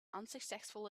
unsuccessful